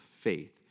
faith